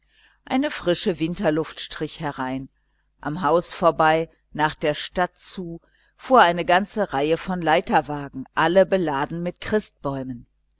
eine frische winterluft strich herein am haus vorbei nach der stadt zu fuhr eine ganze reihe von leiterwagen alle beladen mit christbäumen